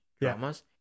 dramas